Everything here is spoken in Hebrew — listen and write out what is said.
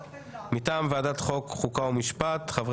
של חבר הכנסת עודד פורר וקבוצת חברי